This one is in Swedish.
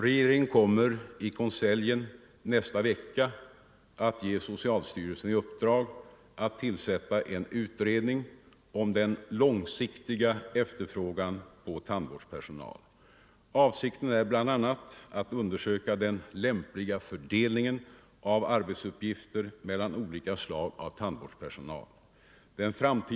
Regeringen kommer att i konseljen i nästa vecka ge socialstyrelsen i uppdrag att tillsätta en utredning om den långsiktiga efterfrågan på tandvårdspersonal. Avsikten är bl.a. att undersöka den lämpliga fördelningen av arbetsuppgifter mellan olika slag av tandvårdspersonal.